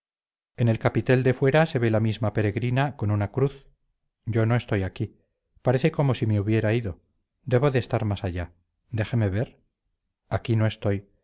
en el capitel de fuera se ve la misma peregrina con una cruz yo no estoy aquí parece como si me hubiera ido debo de estar más allá déjeme ver aquí no estoy